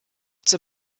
zur